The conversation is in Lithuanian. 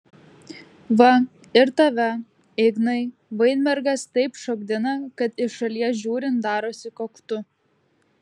va ir tave ignai vainbergas taip šokdina kad iš šalies žiūrint darosi koktu